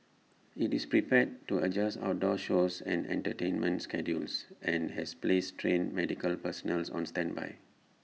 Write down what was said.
IT is prepared to adjust outdoor shows and entertainment schedules and has placed trained medical personnel on standby